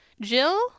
Jill